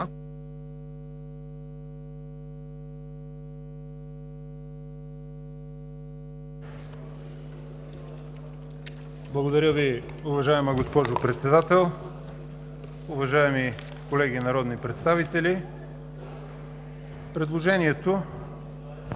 Благодаря Ви, уважаема госпожо Председател. Уважаеми колеги народни представители, предложението